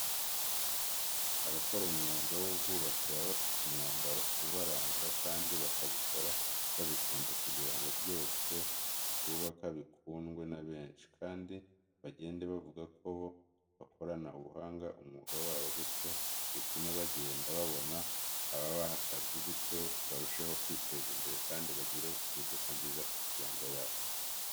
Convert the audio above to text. Abakora umwuga w'ubwubatsi baba bafite umwambaro urabaranga kandi bakabikora babikunze kugira ngo ibyo bubaka bikundwe na benshi, kandi bagende bavuga ko bo bakorana ubuhanga umwuga wabo bityo bitume bagenda babona ababaha akazi bityo barusheho kwiteza imbere kandi bagire impinduka nziza ku miryango yabo.